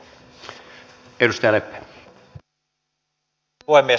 arvoisa puhemies